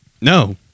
No